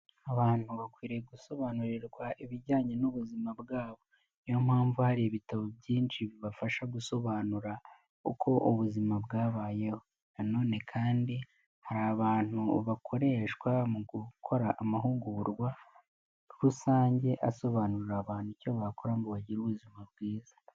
Abantu bakwiriye gusobanurirwa ibijyanye n'ubuzima bwabo, ni yo mpamvu hari ibitabo byinshi bibafasha gusobanura uko ubuzima bwabaye, nanone kandi hari abantu bakoreshwa mu gukora amahugurwa rusange asobanurira abantu icyo bakora ngo bagire ubuzima bwiza.